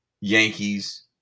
Yankees